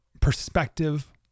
perspective